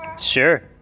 Sure